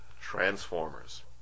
Transformers